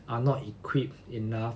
are not equipped enough